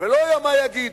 ולא מה יגידו.